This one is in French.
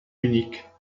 unique